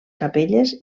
capelles